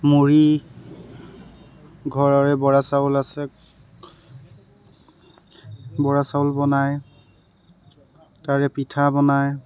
মুড়ী ঘৰৰে বৰা চাউল আছে বৰা চাউল বনায় তাৰে পিঠা বনায়